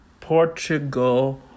Portugal